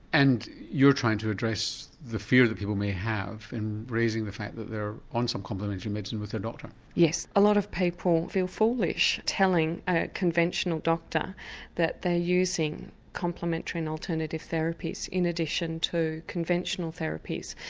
and you're trying to address the fear that people may have in raising the fact that they're on some complementary medicine, with their doctor? yes. a lot of people feel foolish telling a conventional doctor that they're using complementary and alternative therapies in addition to conventional therapies.